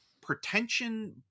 pretension